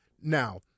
now